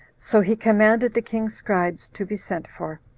so he commanded the king's scribes to be sent for,